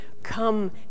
come